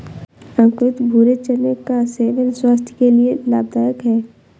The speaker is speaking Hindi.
अंकुरित भूरे चने का सेवन स्वास्थय के लिए लाभदायक है